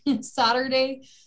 Saturday